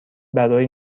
برای